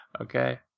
okay